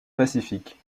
pacifique